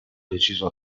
deciso